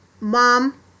mom